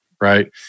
Right